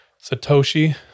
Satoshi